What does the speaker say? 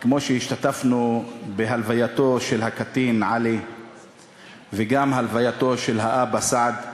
כמו שהשתתפנו בהלווייתו של הקטין עלי וגם בהלווייתו של האבא סעד,